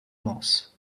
moss